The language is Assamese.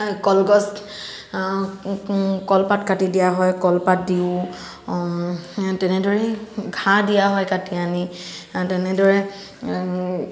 কলগছ কলপাত কাটি দিয়া হয় কলপাত দিওঁ তেনেদৰে ঘাঁহ দিয়া হয় কাটি আনি তেনেদৰে